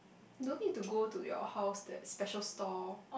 don't need to go to your house that special store